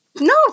No